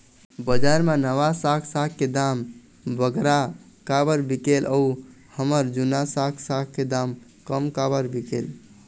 बजार मा नावा साग साग के दाम बगरा काबर बिकेल अऊ हमर जूना साग साग के दाम कम काबर बिकेल?